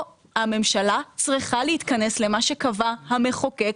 הממשלה צריכה להתכנס למה שקבע המחוקק,